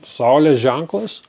saulės ženklas